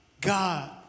God